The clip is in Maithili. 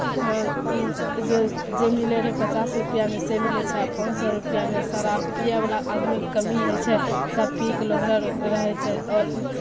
आओर जे जे मिलैत रहय पचास रुपैआमे से मिलै छै आब पाँच सए रुपैआमे शराब पियैवला आदमीके कमी नहि छै सभ पी कऽ लोहरल रहै छै आओर